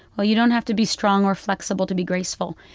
well, you don't have to be strong or flexible to be graceful.